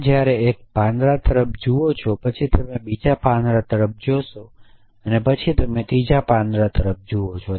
તમે જ્યારે એક પાંદડા તરફ જુઓ છો પછી તમે બીજા પાંદડા તરફ જોશો અને પછી તમે ત્રીજા પાંદડા પર જુઓ છો